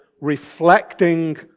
reflecting